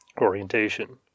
orientation